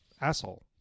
Asshole